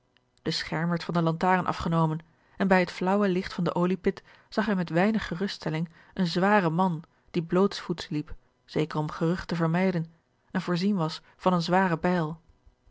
scherm werd van de lantaarn afgenomen en bij het flaauwe licht van de oliepit zag hij met weinig geruststelling een zwaren man die blootsvoets liep zeker om gerucht te vermijden en voorzien was van eene zware bijl